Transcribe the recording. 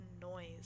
noise